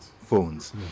phones